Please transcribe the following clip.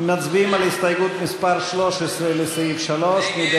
מצביעים על הסתייגות מס' 13 לסעיף 3. מי